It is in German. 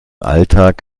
alltag